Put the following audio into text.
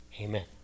Amen